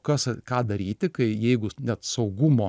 kas ką daryti kai jeigu net saugumo